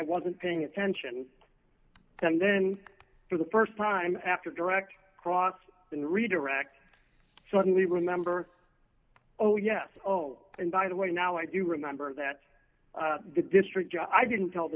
wasn't paying attention and then for the st time after direct cross and redirect suddenly remember oh yes oh and by the way now i do remember that the district judge i didn't tell the